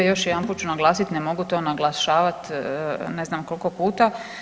Još jedanput ću naglasiti ne mogu to naglašavati ne znam koliko puta.